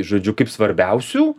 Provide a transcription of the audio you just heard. žodžiu kaip svarbiausių